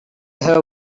her